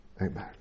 Amen